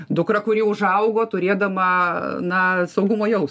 dukrą kuri užaugo turėdama na saugumo jaus